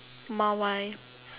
Mawai